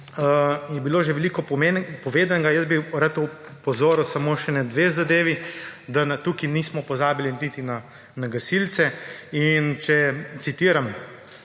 je bilo že veliko povedanega. Jaz bi rad opozoril samo še na dve zadevi. Da tukaj nismo pozabili niti na gasilce. In če citiram,